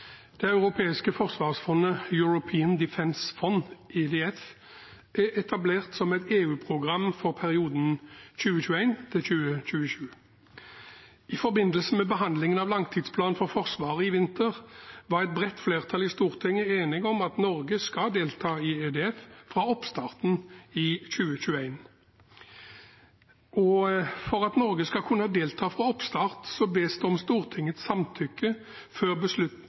Det europeiske forsvarsfondet – European Defense Fund, EDF – er etablert som et EU-program for perioden 2021–2027. I forbindelse med behandlingen av langtidsplanen for Forsvaret i vinter var et bredt flertall i Stortinget enige om at Norge skal delta i EDF fra oppstarten i 2021. For at Norge skal kunne delta fra oppstart, bes det om Stortingets samtykke før forordningen er endelig vedtatt av EU, og før det er truffet en beslutning